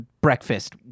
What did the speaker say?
breakfast